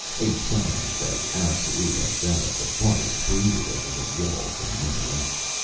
a silence as absolute as that of the forest brooded over the walls and minarets.